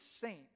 saint